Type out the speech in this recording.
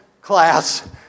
class